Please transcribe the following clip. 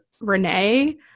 Renee